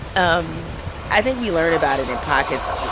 um i think we learn about it in pockets.